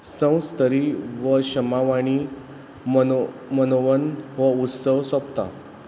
संवस्तरी वा क्षमावाणी मनो मनोवन हो उत्सव सोंपता